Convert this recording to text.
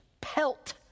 pelt